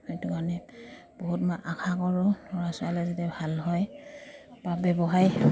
সেইটো কাৰণে বহুত মই আশা কৰোঁ ল'ৰা ছোৱালীয়ে যেতিয়া ভাল হয় বা ব্যৱসায়